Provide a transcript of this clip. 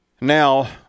Now